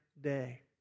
Day